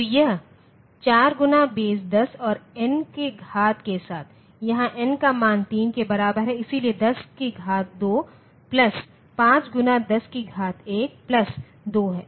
तो यह 4 गुना बेस 10 और n के घात के साथ यहाँ n का मान 3 के बराबर है इसलिए 10 की घात 2 प्लस 5 गुना 10 की घात 1 प्लस 2 है